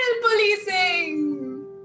policing